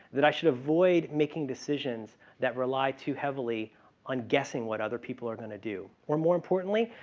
that i should avoid making decisions that rely too heavily on guessing what other people are going to do. or more importantly,